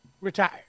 retired